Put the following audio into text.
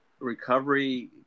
Recovery